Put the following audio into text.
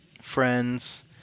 friends